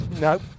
No